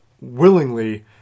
willingly